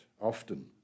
often